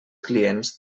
clients